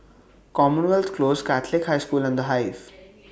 Commonwealth Close Catholic High School and The Hive